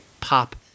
pop